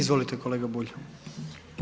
Izvolite kolega Bulj.